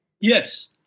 Yes